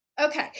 Okay